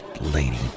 Lady